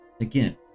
again